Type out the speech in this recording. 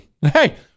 Hey